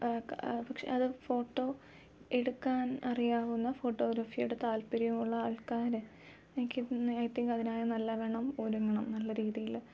പക്ഷെ അത് ഫോട്ടോ എടുക്കാൻ അറിയാവുന്ന ഫോട്ടോഗ്രഫിയോട് താല്പര്യമുള്ള ആൾക്കാര് എനിക്ക് ഐ തിങ്ക് അതിനായി നല്ലവണ്ണം ഒരുങ്ങണം നല്ല രീതിയില്